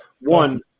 one